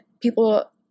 people